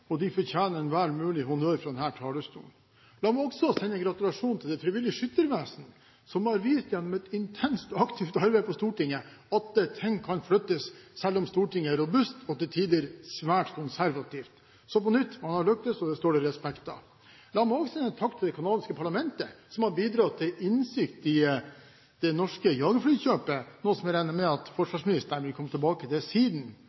av. De fortjener enhver mulig honnør fra denne talerstolen. La meg også sende en gratulasjon til Det frivillige Skyttervesen, som gjennom et intenst og aktivt arbeid på Stortinget har vist at ting kan flyttes selv om Stortinget er robust og til tider svært konservativt. Så på nytt: Det løpet står det respekt av. La meg også sende en takk til det canadiske parlamentet som har bidratt til innsikt i det norske jagerflykjøpet, noe jeg regner med at forsvarsministeren vil komme tilbake til senere. Siden